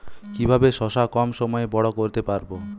কিভাবে শশা কম সময়ে বড় করতে পারব?